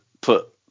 put